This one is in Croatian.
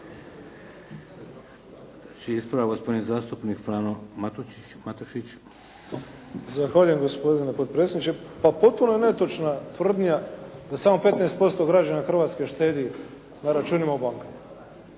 Zahvaljujem gospodine potpredsjedniče. Pa potpuno je netočna tvrdnja da samo 15% građana Hrvatske štedi na računima u bankama.